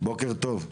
בוקר טוב.